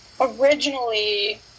originally